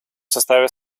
составе